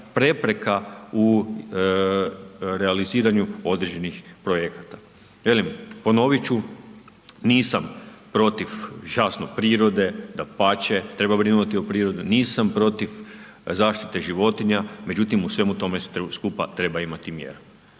prepreka u realiziranju određenih projekata. Velim, ponovit ću, nisam protiv jasno, prirode, dapače, treba brinuti o prirodi, nisam protiv zaštite životinja, međutim u svemu tome skupa treba imati mjeru.